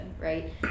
right